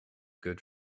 good